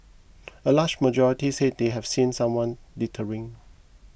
a large majority said they have seen someone littering